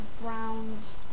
browns